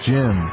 Jim